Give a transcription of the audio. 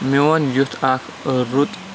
میون یُتھ اَکھ رُت